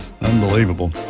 Unbelievable